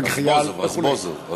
רזבוזוב.